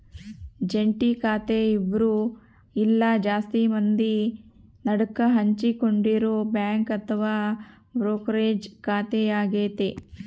ಜಂಟಿ ಖಾತೆ ಇಬ್ರು ಇಲ್ಲ ಜಾಸ್ತಿ ಮಂದಿ ನಡುಕ ಹಂಚಿಕೊಂಡಿರೊ ಬ್ಯಾಂಕ್ ಅಥವಾ ಬ್ರೋಕರೇಜ್ ಖಾತೆಯಾಗತೆ